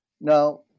Now